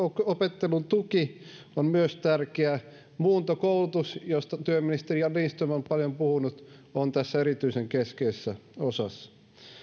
opettelun tuki on myös tärkeää muuntokoulutus josta työministeri jari lindström on paljon puhunut on tässä erityisen keskeisessä osassa